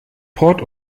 port